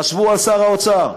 ישבו על שר האוצר,